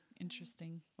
interesting